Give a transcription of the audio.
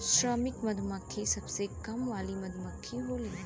श्रमिक मधुमक्खी सबसे काम वाली मधुमक्खी होलीन